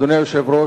אדוני היושב-ראש,